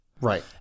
Right